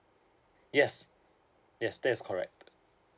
yes yes that is correct